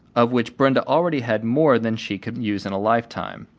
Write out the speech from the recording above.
of which brenda already had more than she could use in a lifetime.